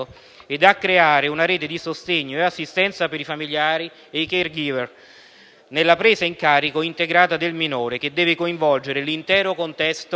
ed a creare una rete di sostegno e assistenza per i familiari e *caregiver* nella presa in carico integrata del minore, che deve coinvolgere l'intero contesto